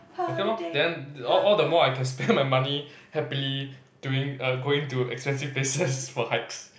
okay lor then all all the more I can spend my money happily doing err going to expensive place for hikes